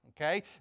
Okay